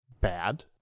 bad